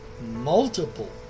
multiple